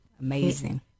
Amazing